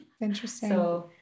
Interesting